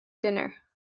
dinner